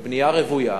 בבנייה רוויה,